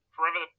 forever